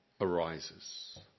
Arises